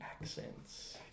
accents